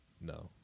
No